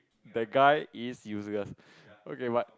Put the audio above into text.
that guy is useless okay but